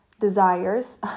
desires